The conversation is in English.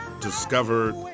discovered